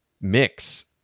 mix